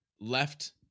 left